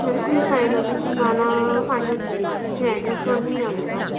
ना मी तुम्हाला पाठवून देणार तुमची ॲड्रेस सांगून द्या मला